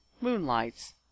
Moonlights